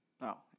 No